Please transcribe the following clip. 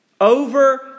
Over